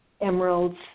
emeralds